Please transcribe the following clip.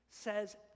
says